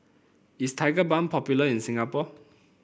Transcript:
is Tigerbalm popular in Singapore